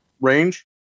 range